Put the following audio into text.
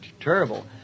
terrible